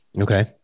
Okay